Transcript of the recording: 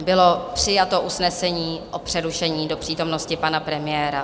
Bylo přijato usnesení o přerušení do přítomnosti pana premiéra.